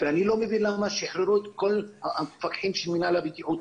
אני לא מבין למה שחררו את כל המפקחים של מינהל הבטיחות,